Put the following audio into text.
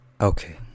Okay